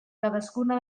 cadascuna